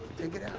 take it out.